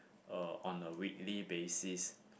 uh on a weekly basis